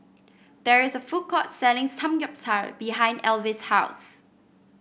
there is a food court selling Samgeyopsal behind Elvis' house